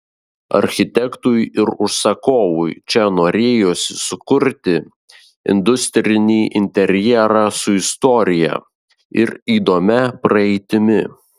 architektui ir užsakovui čia norėjosi sukurti industrinį interjerą su istorija ir įdomia praeitimi